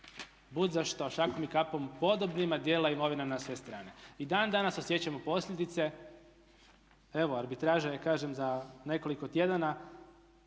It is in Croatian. bud zašto šakom i kapom podobnima dijelila imovina na sve strane. I dan danas osjećamo posljedice. Evo arbitraža je kažem za nekoliko tjedana,